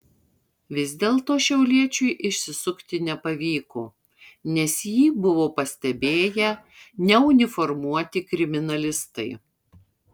vis dėlto šiauliečiui išsisukti nepavyko nes jį buvo pastebėję neuniformuoti kriminalistai